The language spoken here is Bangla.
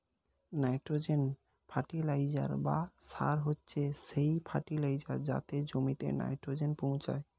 নাইট্রোজেন ফার্টিলাইজার বা সার হচ্ছে সেই ফার্টিলাইজার যাতে জমিতে নাইট্রোজেন পৌঁছায়